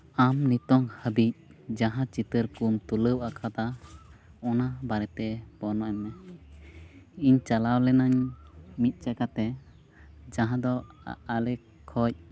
ᱟᱢ ᱱᱤᱛᱳᱝ ᱦᱟᱹᱵᱤᱡ ᱡᱟᱦᱟᱸ ᱪᱤᱛᱟᱹᱨ ᱠᱚᱢ ᱛᱩᱞᱟᱹᱣ ᱟᱠᱟᱫᱟ ᱚᱱᱟ ᱵᱟᱨᱮᱛᱮ ᱵᱚᱨᱱᱚᱱᱟᱭ ᱢᱮ ᱤᱧ ᱪᱟᱞᱟᱣ ᱞᱤᱱᱟᱹᱧ ᱢᱤᱫ ᱡᱟᱭᱜᱟ ᱛᱮ ᱡᱟᱦᱟᱸ ᱫᱚ ᱟᱞᱮ ᱠᱷᱚᱱ